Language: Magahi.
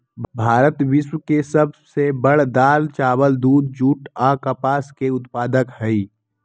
भारत विश्व के सब से बड़ दाल, चावल, दूध, जुट आ कपास के उत्पादक हई